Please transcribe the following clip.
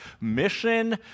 mission